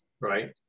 right